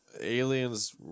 aliens